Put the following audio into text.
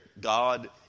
God